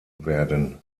werden